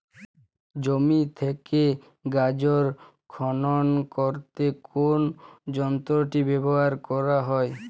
জমি থেকে গাজর খনন করতে কোন যন্ত্রটি ব্যবহার করা হয়?